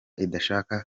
idashaka